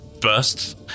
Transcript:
bursts